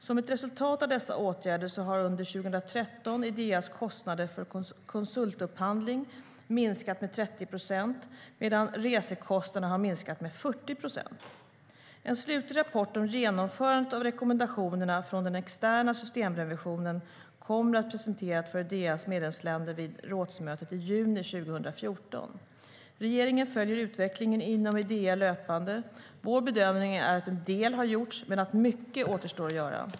Som ett resultat av dessa åtgärder har under 2013 Ideas kostnader för konsultupphandling minskat med 30 procent, medan resekostnaderna minskat med 40 procent. En slutlig rapport om genomförandet av rekommendationerna från den externa systemrevisionen kommer att presenteras för Idea medlemsländer vid rådsmötet i juni 2014. Regeringen följer utvecklingen inom Idea löpande. Vår bedömning är att en del har gjorts, men att mycket återstår att göra.